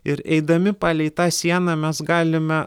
ir eidami palei tą sieną mes galime